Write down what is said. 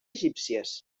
egípcies